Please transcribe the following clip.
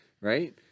right